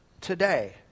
today